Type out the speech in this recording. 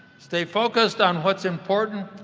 stay focused on what's important,